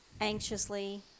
anxiously